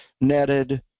netted